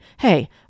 Hey